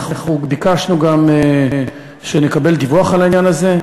אנחנו ביקשנו לקבל דיווח על העניין הזה.